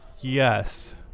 Yes